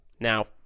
Now